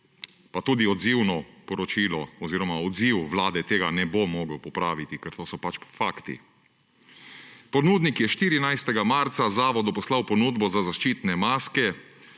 pa tudi odzivno poročilo oziroma odziv Vlade tega ne bo mogel popraviti, ker to so pač fakti: Ponudnik je 14. marca Zavodu poslal ponudbo za zaščitne maske.